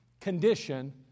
condition